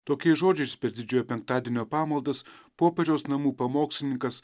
tokiais žodžiais per didžiojo penktadienio pamaldas popiežiaus namų pamokslininkas